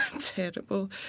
terrible